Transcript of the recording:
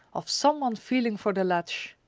of some one feeling for the latch.